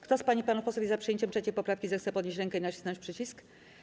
Kto z pań i panów posłów jest za przyjęciem 3. poprawki, zechce podnieść rękę i nacisnąć przycisk.